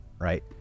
right